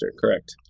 correct